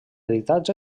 editats